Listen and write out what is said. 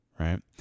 Right